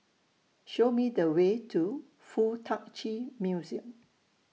Show Me The Way to Fuk Tak Chi Museum